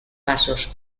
pasos